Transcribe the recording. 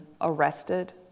arrested